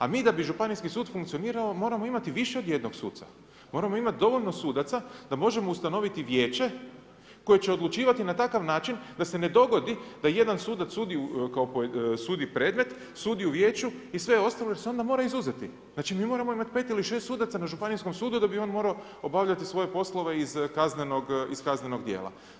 A mi da bi županijski sud funkcionirao, moramo imati više od jednog suca, moramo imati dovoljno sudaca da možemo ustanoviti vijeće koje će odlučivati na takav način da se ne dogodi da jedan sudac sudi predmet, sudi u vijeću i sve ostalo jer se onda mora izuzeti, znači mi moramo imati 5 ili 6 sudaca na županijskom sudu da bi on morao obavljati svoje poslove iz kaznenog djela.